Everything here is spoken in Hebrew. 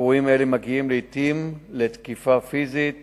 אירועים אלה מגיעים לעתים לתקיפה פיזית